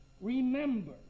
Remember